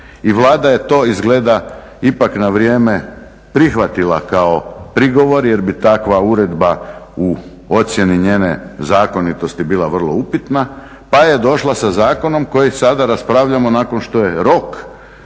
Vlada je to izgleda ipak na vrijeme prihvatila kao prigovor jer bi takva uredba u ocjeni njene zakonitosti bila vrlo upitna, pa je došla sa zakonom koji sada raspravljamo nakon što je rok